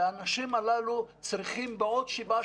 והאנשים הללו צריכים בעוד שבעה,